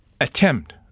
attempt